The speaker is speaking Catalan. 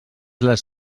les